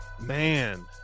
man